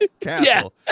castle